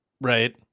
Right